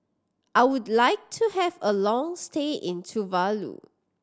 I would like to have a long stay in Tuvalu